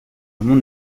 mon